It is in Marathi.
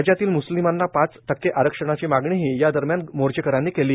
राज्यातील मुस्लिमांना पाच टक्के आरक्षणाची मागणीही यादरम्यान मोर्चेक यांनी केली